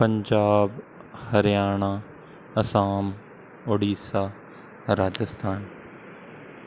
Punjab Haryana Assam Odisha Rajasthan